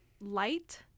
light